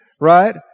right